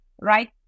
right